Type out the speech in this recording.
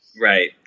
Right